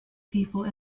people